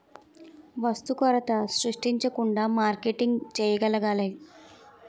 వస్తు కొరత సృష్టించకుండా మార్కెటింగ్ చేయగలగాలి